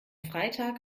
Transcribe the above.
freitag